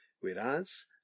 whereas